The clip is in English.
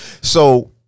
So-